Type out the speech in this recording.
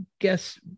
guess